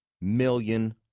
million